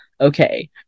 okay